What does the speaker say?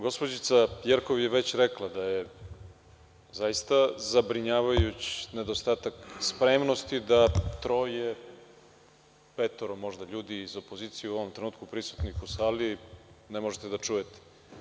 Gospođica Jerkov je već rekla da je zaista zabrinjavajući nedostatak spremnosti da troje, možda petoro ljudi iz opozicije u ovom trenutku prisutnih u sali ne možete da čujete.